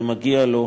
ומגיע לו